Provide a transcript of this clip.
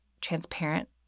transparent